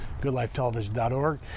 Goodlifetelevision.org